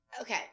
okay